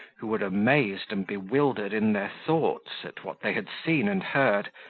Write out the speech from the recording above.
who were amazed and bewildered in their thoughts at what they had seen and heard,